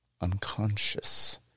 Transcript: Unconscious